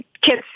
kids